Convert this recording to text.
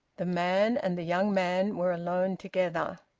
the man and the young man were alone together.